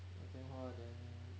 用电话 then